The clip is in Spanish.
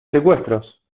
secuestros